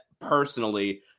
personally